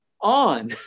on